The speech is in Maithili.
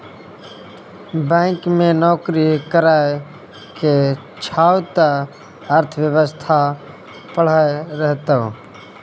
बैंक मे नौकरी करय केर छौ त अर्थव्यवस्था पढ़हे परतौ